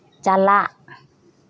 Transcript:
ᱪᱟᱞᱟᱜ